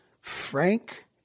Frank